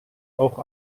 auch